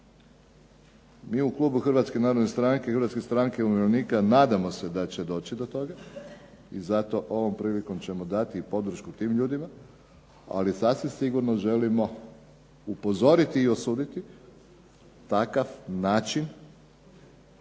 Mi u klubu HNS i HSU nadamo se da će doći do toga i zato ovom priliko ćemo dati podršku tim ljudima, ali sasvim sigurno želimo upozoriti i osuditi takav način